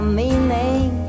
meaning